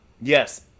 Yes